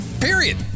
Period